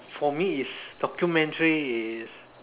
for me is documentary is